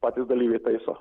patys dalyviai taiso